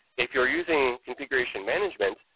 if you're using configuration management,